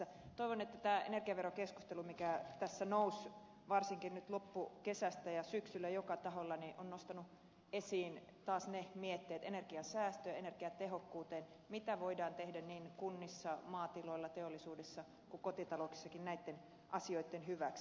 toivon että tämä energiaverokeskustelu mikä tässä nousi varsinkin nyt loppukesästä ja syksyllä joka taholla on nostanut esiin taas ne mietteet energian säästöstä energiatehokkuudesta ja siitä mitä voidaan tehdä niin kunnissa maatiloilla teollisuudessa kuin kotitalouksissakin näitten asioitten hyväksi